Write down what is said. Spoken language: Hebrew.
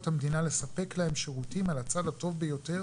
המדינה לספק להם שירותים על הצד הטוב ביותר.